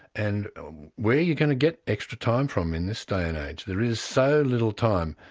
and where are you going to get extra time from in this day and age? there is so little time,